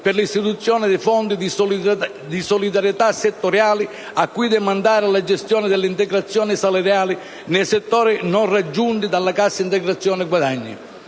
per l'istituzione dei fondi di solidarietà settoriali cui demandare la gestione delle integrazioni salariali nei settori non raggiunti dalla cassa integrazione guadagni.